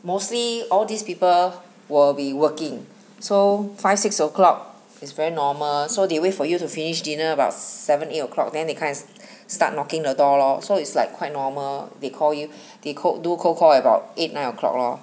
mostly all these people will be working so five six o'clock is very normal so they wait for you to finish dinner about seven eight o'clock then they come and start knocking the door lor so is like quite normal they call you they co~ do cold call about eight nine o'clock lor